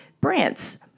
brands